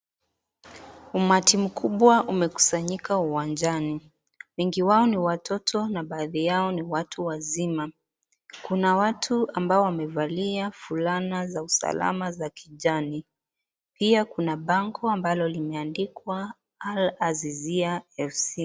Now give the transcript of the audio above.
Umati mukubwa umekusanyika uwanjani. Wengi wao ni watoto na baadhi yao ni watu wazima. Kuna watu amba wamevalia fulana za usalama za kijani. Pia kuna bango ambalo linyandikwa al azizia FC.